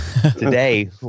today